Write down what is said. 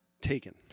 Taken